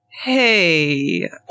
Hey